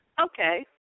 okay